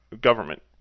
government